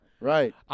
Right